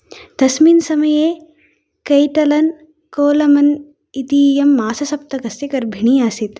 तस्मिन् समये Caitlin Coleman इतीयं माससप्तकस्य गर्भिणी आसीत्